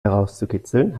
herauszukitzeln